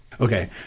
Okay